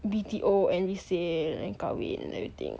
B_T_O and resale and kahwin everything